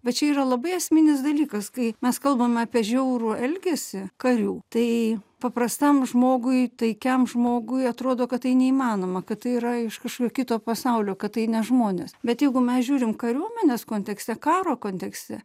bet čia yra labai esminis dalykas kai mes kalbame apie žiaurų elgesį karių tai paprastam žmogui taikiam žmogui atrodo kad tai neįmanoma kad tai yra iš kažkokio kito pasaulio kad tai ne žmonės bet jeigu mes žiūrim kariuomenės kontekste karo kontekste